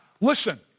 Listen